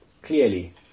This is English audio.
clearly